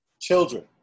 Children